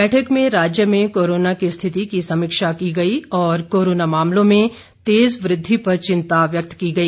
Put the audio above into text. बैठक में राज्य में कोरोना की स्थिति की समीक्षा की गई और कोरोना मामलों में तेज वृद्धि पर चिंता व्यक्त की गई